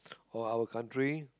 or our country